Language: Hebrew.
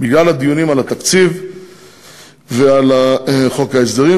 בגלל הדיונים על התקציב ועל חוק ההסדרים,